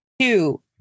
Two